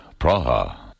Praha